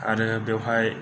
आरो बेवहाय